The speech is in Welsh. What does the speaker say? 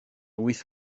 wyth